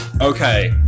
okay